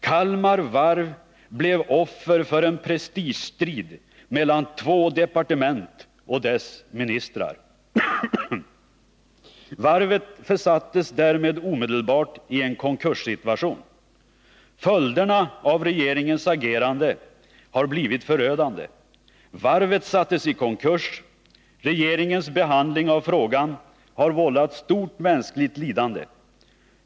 Kalmar Varv blev offer för en prestigestrid mellan två departement och deras ministrar. Varvet försattes därmed omedelbart i en konkurssituation. Följderna av regeringens agerande har blivit förödande. Varvet försattes i konkurs. Regeringens behandling av frågan har vållat stort mänskligt lidande.